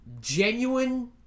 genuine